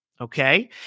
Okay